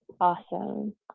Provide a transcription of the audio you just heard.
awesome